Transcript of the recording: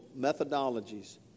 methodologies